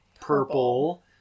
purple